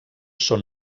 són